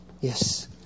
Yes